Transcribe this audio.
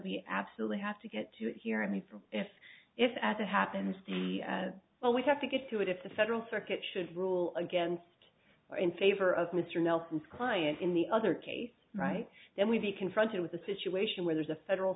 we absolutely have to get to it here i mean if if as it happens the well we have to get to it if the federal circuit should rule against or in favor of mr nelson's client in the other case right then we'd be confronted with a situation where there's a federal